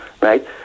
right